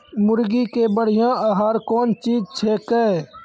मुर्गी के बढ़िया आहार कौन चीज छै के?